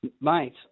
Mate